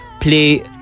play